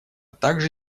также